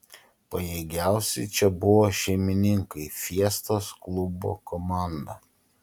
pajėgiausi čia buvo šeimininkai fiestos klubo komanda